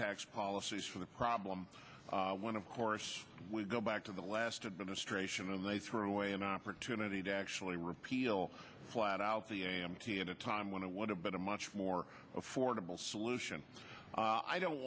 tax policies for the problem when of course we go back to the last administration and they threw away an opportunity to actually repeal flat out the a m t at a time when i would have been a much more affordable solution i don't